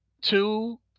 two